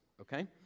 okay